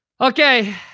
Okay